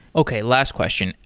okay. last question,